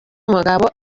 umugabo